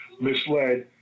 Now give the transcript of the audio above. misled